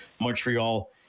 Montreal